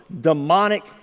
demonic